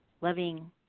Loving